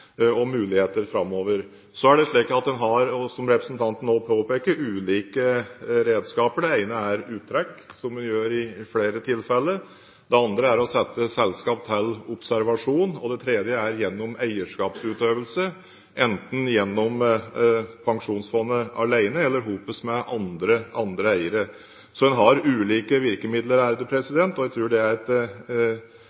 om muligheter framover. Som representanten også påpeker, har en ulike redskaper. Det ene er uttrekk – som en gjør i flere tilfeller – det andre er å sette selskap til observasjon, og det tredje er gjennom eierskapsutøvelse, enten gjennom Pensjonsfondet alene eller sammen med andre eiere. En har ulike virkemidler,